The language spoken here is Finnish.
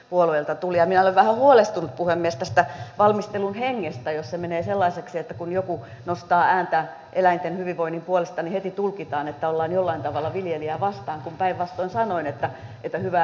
ja minä olen vähän huolestunut puhemies tästä valmistelun hengestä jos se menee sellaiseksi että kun joku nostaa ääntä eläinten hyvinvoinnin puolesta niin heti tulkitaan että ollaan jollain tavalla viljelijää vastaan kun päinvastoin sanoin että hyvää eläintenpitoa arvostetaan